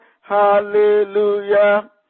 Hallelujah